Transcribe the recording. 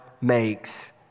makes